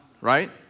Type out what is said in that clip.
right